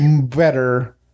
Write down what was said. better